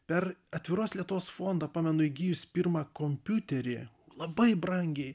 per atviros lietuvos fondą pamenu įgijus pirmą kompiuterį labai brangiai